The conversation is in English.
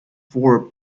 four